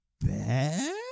bad